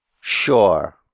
Sure